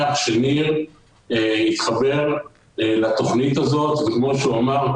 שניר התחבר לתוכנית הזאת וכמו שהוא אמר,